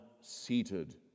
seated